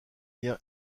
lien